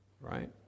Right